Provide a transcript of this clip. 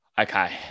Okay